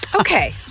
Okay